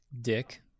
Dick